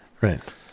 right